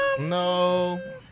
No